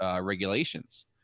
regulations